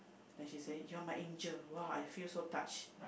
and she said you are me Angel !wah! I feel so touched